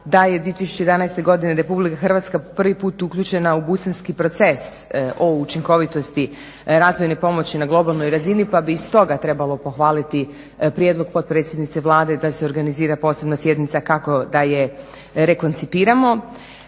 da je 2011. godine RH prvi put uključena u busenski proces o učinkovitosti razvojne pomoći na globalnoj razini. Pa bi i stoga trebalo pohvaliti prijedlog potpredsjednice Vlade da se organizira posebna sjednica, kako da je rekoncipiramo.